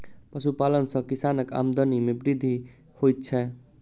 पशुपालन सॅ किसानक आमदनी मे वृद्धि होइत छै